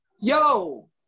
yo